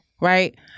right